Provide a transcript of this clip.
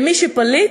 מי שפליט,